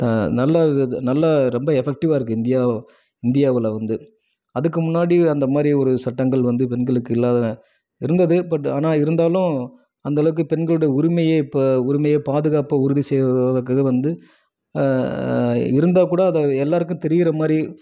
நல்ல இது நல்லா ரொம்ப எஃபெக்டிவாக இருக்குது இந்தியா இந்தியாவில் வந்து அதுக்கு முன்னாடி அந்த மாதிரி ஒரு சட்டங்கள் வந்து பெண்களுக்கு இல்லாத இருந்தது பட் ஆனால் இருந்தாலும் அந்தளவுக்கு பெண்களோடய உரிமையே இப்போ உரிமையே பாதுகாப்பு உறுதி செய் வந்து இருந்தால் கூட அதை எல்லாருக்கும் தெரிகிற மாதிரி